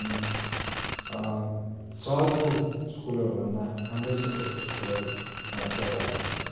अनि सहरको स्कुलहरूभन्दा हाम्रो क्षेत्रको स्कुलहरू मलाई प्यारो लाग्छ